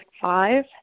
five